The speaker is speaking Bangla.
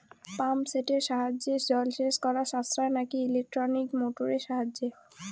পাম্প সেটের সাহায্যে জলসেচ করা সাশ্রয় নাকি ইলেকট্রনিক মোটরের সাহায্যে?